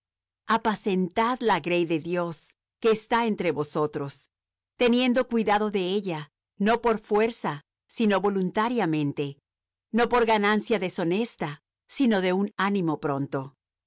revelada apacentad la grey de dios que está entre vosotros teniendo cuidado de ella no por fuerza sino voluntariamente no por ganancia deshonesta sino de un ánimo pronto